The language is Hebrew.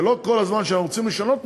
ולא כל הזמן כשאנחנו רוצים לשנות משהו,